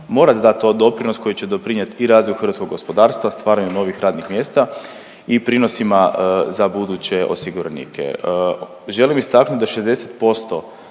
morat dat to doprinos koji će doprinijet i razvoju hrvatskog gospodarstva, stvaranju novih radnih mjesta i prinosima za buduće osiguranike. Želim istaknuti da 60%